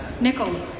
Nickel